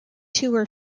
tour